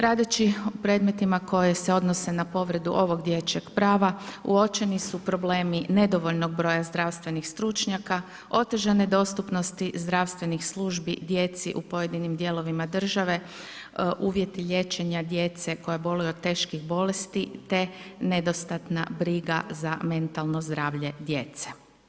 Radeći o predmetima koji se odnose na povredu ovog dječjeg prava uočeni su problemi nedovoljnog broja zdravstvenih stručnjaka, otežane dostupnosti zdravstvenih službi djeci u pojedinim dijelovima države, uvjeti liječenja djece koja boluju od teških bolesti te nedostatna briga za mentalno zdravlje djece.